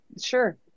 sure